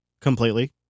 completely